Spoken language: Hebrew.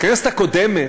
בכנסת הקודמת,